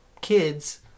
kids